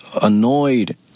annoyed